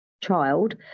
child